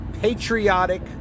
patriotic